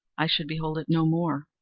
i should behold it no more!